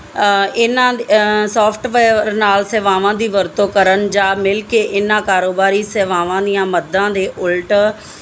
ਇਹਨਾਂ ਸੋਫਟ ਨਾਲ ਸੇਵਾਵਾਂ ਦੀ ਵਰਤੋਂ ਕਰਨ ਜਾਂ ਮਿਲ ਕੇ ਇਹਨਾਂ ਕਾਰੋਬਾਰੀ ਸੇਵਾਵਾਂ ਦੀਆਂ ਮੱਦਾਂ ਦੇ ਉਲਟ